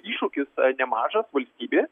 iššūkis nemažas valstybė